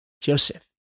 Joseph